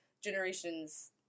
generations